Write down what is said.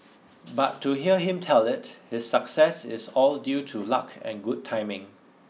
but to hear him tell it the success is all due to luck and good timing